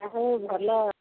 ଆଉ ଭଲ